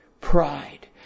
pride